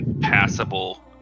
passable